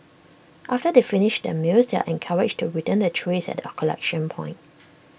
after they finish their meals they are encouraged to return their trays at A collection point